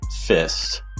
fist